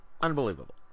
unbelievable